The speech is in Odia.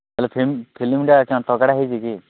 ସେ ଫିଲ୍ମ ଫିଲ୍ମଟା ହେଇଛି କି